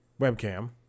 webcam